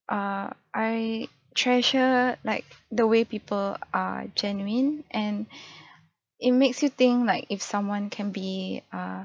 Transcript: err I treasure like the way people are genuine and it makes you think like if someone can be err